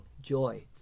joy